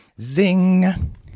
Zing